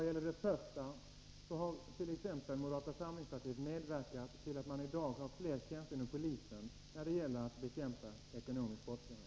Herr talman! Moderata samlingspartiet har medverkat till att man i dag t.ex. har fler tjänster inom polisen när det gäller att bekämpa ekonomisk brottslighet.